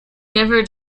never